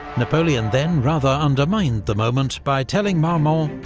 napoleon then rather undermined the moment, by telling marmont,